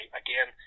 again